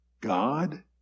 God